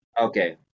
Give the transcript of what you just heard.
Okay